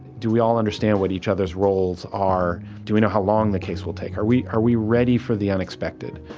do we all understand what each other's roles are? do we know how long the case will take? are we are we ready for the unexpected?